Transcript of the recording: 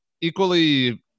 equally –